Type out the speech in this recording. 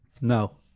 No